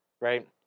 Right